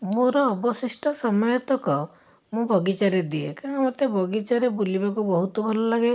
ମୋର ଅବଶିଷ୍ଟ ସମୟ ତକ ମୁଁ ବଗିଚାରେ ଦିଏ କାରଣ ମୋତେ ବଗିଚାରେ ବୁଲିବାକୁ ବହୁତ ଭଲଲାଗେ